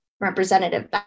representative